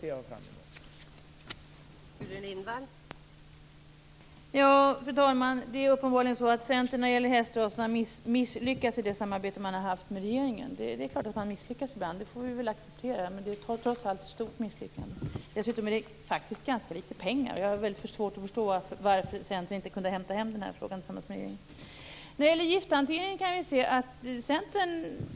Det ser jag fram mot.